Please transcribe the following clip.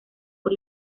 por